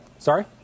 Sorry